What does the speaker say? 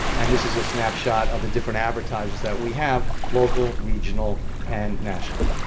and this is a snapshot of the different advertisers that we have, local, regional and national.